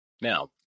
Now